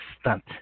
stunt